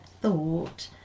thought